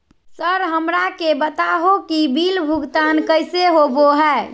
Sir हमरा के बता हो कि बिल भुगतान कैसे होबो है?